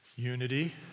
unity